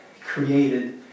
created